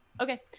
Okay